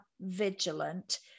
vigilant